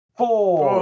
four